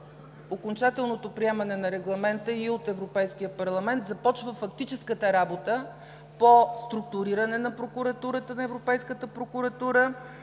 окончателното приемане на регламента и от Европейския парламент започва фактическата работа по структуриране на прокуратурата, на европейската прокуратура,